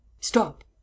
stop